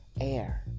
air